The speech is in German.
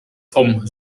vom